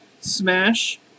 Smash